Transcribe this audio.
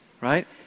right